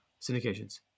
syndications